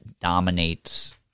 dominates –